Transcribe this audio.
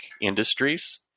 industries